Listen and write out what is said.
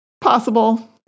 Possible